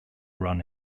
run